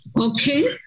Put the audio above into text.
Okay